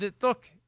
look